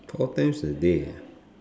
four times a day ah